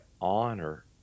honor